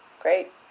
great